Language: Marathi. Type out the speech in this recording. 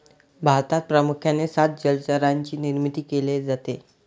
भारतात प्रामुख्याने सात जलचरांची निर्मिती केली जाते